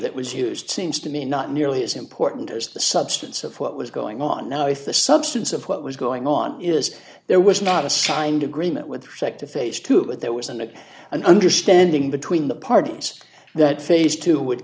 that was used seems to me not nearly as important as the substance of what was going on now i thought the substance of what was going on is there was not a signed agreement with respect to phase two but there was an understanding between the parties that phase two would